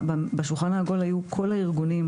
ובשולחן העגול היו כל הארגונים,